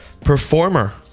performer